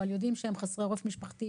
אבל יודעים שהם חסרי עורף משפחתי,